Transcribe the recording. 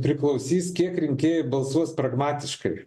priklausys kiek rinkėjų balsuos pragmatiškai